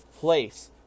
place